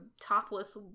topless